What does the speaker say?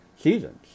seasons